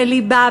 בליבה,